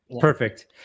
perfect